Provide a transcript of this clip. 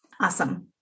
Awesome